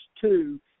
two